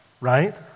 right